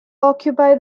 occupy